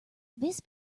this